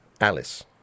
Alice